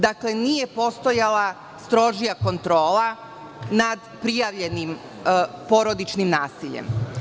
Dakle, nije postojala strožija kontrola nad prijavljenim porodičnim nasiljem.